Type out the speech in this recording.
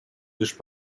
лишь